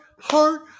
heart